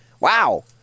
Wow